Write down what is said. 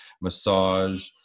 massage